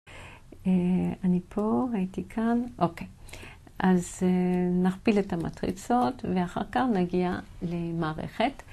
אני פה, הייתי כאן, אוקיי. אז נכפיל את המטריצות ואחר כך נגיע למערכת.